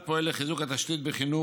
אנו פועלים לחיזוק התשתית בחינוך,